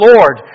Lord